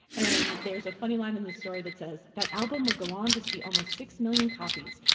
and there's a funny line in the story that says, that album would go on to see almost six million copies,